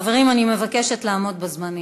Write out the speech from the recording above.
חברים, אני מבקשת לעמוד בזמנים.